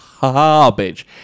garbage